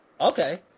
okay